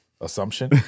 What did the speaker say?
assumption